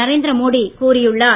நரேந்திரமோடி கூறியுள்ளார்